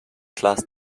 class